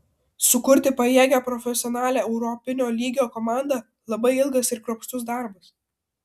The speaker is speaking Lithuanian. sukurti pajėgią profesionalią europinio lygio komandą labai ilgas ir kruopštus darbas